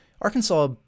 Arkansas